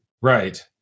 Right